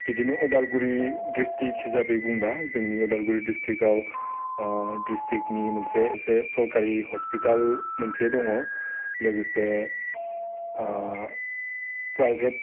बिदिनो अदालगुरि ड्रिस्टिक्ट हिसाबै बुंबा जोंनि अदालगुरि ड्रिस्टिक्टआव ड्रिस्टिक्टनि मोनसे जे सरकारि हस्पिताल मोनसे दङ लोगोसे ओह प्राइभेट